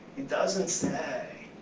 he doesn't say,